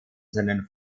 seinen